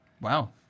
Wow